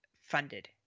funded